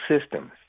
systems